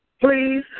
please